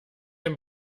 denn